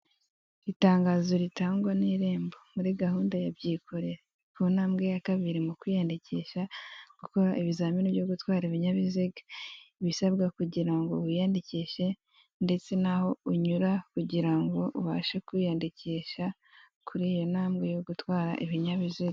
Itangazo ritangwa n'irembo muri gahunda ya byikorere ku ntambwe ya kabiri mu kwiyandikisha gukora ibizamini byo gutwara ibinyabiziga, ibisabwa kugira ngo wiyandikishe ndetse naho unyura kugira ngo ubashe kwiyandikisha kuri iyo ntambwe yo gutwara ibinyabiziga.